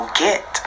get